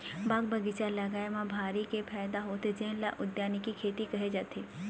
बाग बगीचा लगाए म भारी के फायदा होथे जेन ल उद्यानिकी खेती केहे जाथे